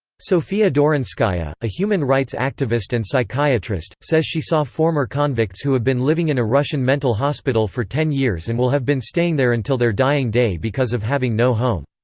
sofia dorinskaya, a human rights activist and psychiatrist, says she saw former convicts who have been living in a russian mental hospital for ten years and will have been staying there until their dying day because of having no home.